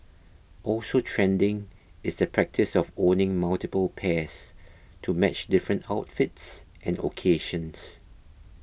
also trending is the practice of owning multiple pairs to match different outfits and occasions